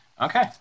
Okay